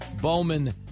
Bowman